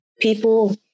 People